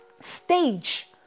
stage